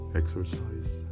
exercise